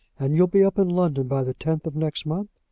and you'll be up in london by the tenth of next month?